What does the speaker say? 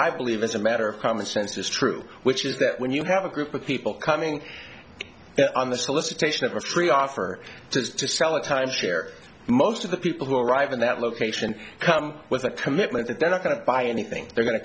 i believe is a matter of common sense is true which is that when you have a group of people coming on the solicitation of a street offer to sell a timeshare most of the people who arrive in that location come with a commitment that they're not going to buy anything they're go